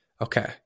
Okay